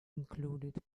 included